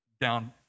down